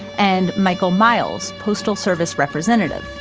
and michael miles postal service representative,